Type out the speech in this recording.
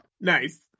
Nice